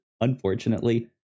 Unfortunately